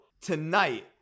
tonight